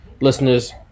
listeners